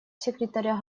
секретаря